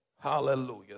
Hallelujah